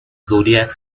zodiac